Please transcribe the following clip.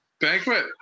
Banquet